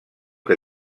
que